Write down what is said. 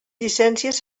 llicències